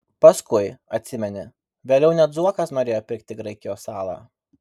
paskui atsimeni vėliau net zuokas norėjo pirkti graikijos salą